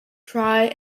try